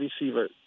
receiver